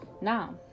Now